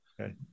okay